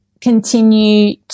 continue